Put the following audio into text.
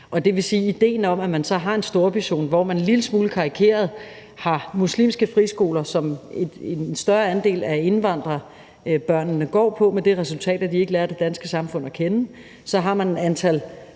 op til idéen, altså at man så har en storbyzone, hvor man en lille smule karikeret har muslimske friskoler, som en større del af indvandrerbørnene går på, med det resultat, at de ikke lærer det danske samfund at kende, at man så har et antal